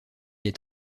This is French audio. est